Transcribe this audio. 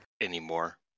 anymore